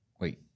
wait